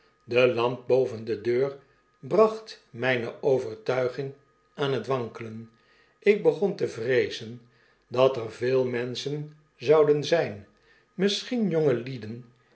de lamp boven de deur bracht mijne overtuiging aan het wankelen ik begon te vreezen dat er veel menschen zouden zyn misschien